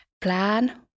plan